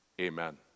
Amen